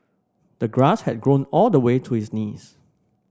the grass had grown all the way to his knees